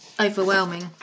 overwhelming